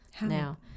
now